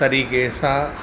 तरीक़े सां